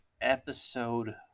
episode